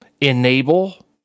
enable